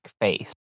face